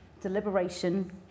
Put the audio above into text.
deliberation